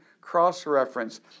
cross-reference